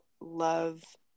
love